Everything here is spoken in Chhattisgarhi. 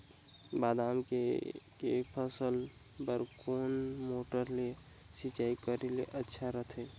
बादाम के के फसल बार कोन मोटर ले सिंचाई करे ले अच्छा रथे?